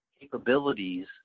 capabilities